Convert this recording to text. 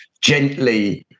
gently